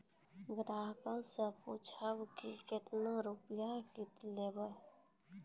ग्राहक से पूछब की कतो रुपिया किकलेब?